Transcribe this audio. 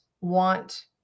want